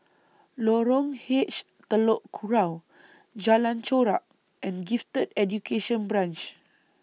Lorong H Telok Kurau Jalan Chorak and Gifted Education Branch